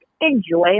enjoy